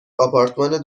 آپارتمان